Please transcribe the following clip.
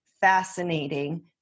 fascinating